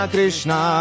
Krishna